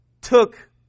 took